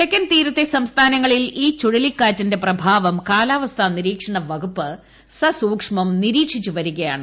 തെക്കൻ തീരത്തെ സംസ്ഥാനങ്ങളിൽ ഈ ചുഴലിക്കാറ്റിന്റെ പ്രഭാവം കാലാവസ്ഥാ നിരീക്ഷണവകുപ്പ് സസൂക്ഷ്മം നിരീക്ഷിച്ച് വരികയാണ്